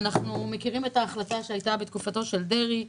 אנחנו מכירים את ההחלטה שהייתה בתקופתו של דרעי.